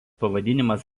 pavadinimas